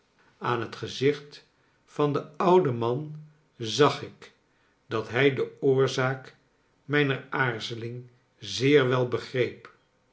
aan het gezicht van den ouden man zag ik dat hij de oorzaak mijner aarzeling zeer wel begreep